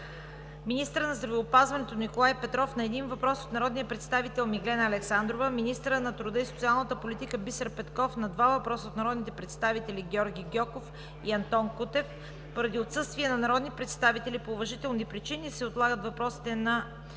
министърът на здравеопазването Николай Петров – на един въпрос от народния представител Миглена Александрова; - министърът на труда и социалната политика Бисер Петков – на два въпроса от народните представители Георги Гьоков; и Антон Кутев. Поради отсъствие на народни представители по уважителни причини, се отлагат отговорите на